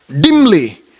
dimly